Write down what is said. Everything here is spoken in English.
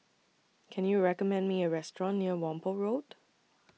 Can YOU recommend Me A Restaurant near Whampoa Road